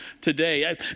today